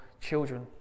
children